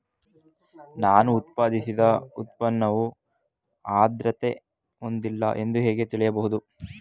ನಾನು ಉತ್ಪಾದಿಸಿದ ಉತ್ಪನ್ನವು ಆದ್ರತೆ ಹೊಂದಿಲ್ಲ ಎಂದು ಹೇಗೆ ತಿಳಿಯಬಹುದು?